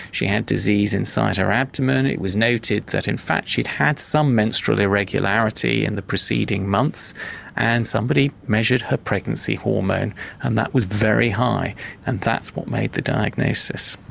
she had disease inside her abdomen, it was noted that in fact she'd had some menstrual irregularity in the preceding months and somebody measured her pregnancy hormone and that was very high and that's what made the diagnosis.